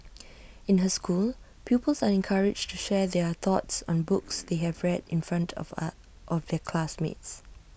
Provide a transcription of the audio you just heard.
in her school pupils are encouraged to share their thoughts on books they have read in front of are offical classmates